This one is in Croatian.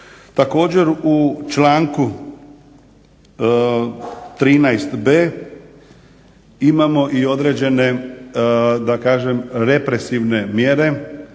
Također, u članku 13.b imamo i određene, da kažem represivne mjere